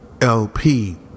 LP